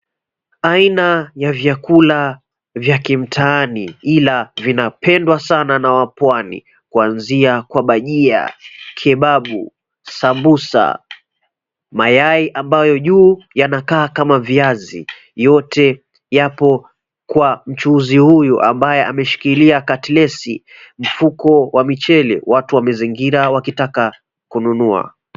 Aina ya vyakula vya kimtaani ila vinapendwa sana na wapwani kwanzia kwa bhajia, kebabu, sambusa, mayai ambayo juu yanakaa kama viazi, yote yapo kwa mchuzi huyu ambaye ameshikilia katilesi, mfuko wa michele watu wamezingira wakitaka kununua.